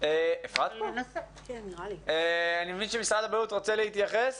אני מבין שמשרד הבריאות רוצה להתייחס?